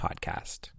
podcast